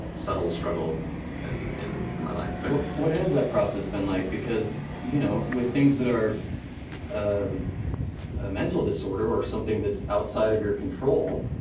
subtle struggle and in in my life. but what has that process been like, because you know with things that are a mental disorder or something that's outside of your control,